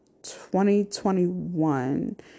2021